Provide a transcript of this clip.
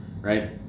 right